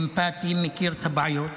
אמפתי, מכיר את הבעיות,